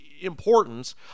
importance